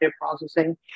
processing